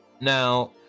now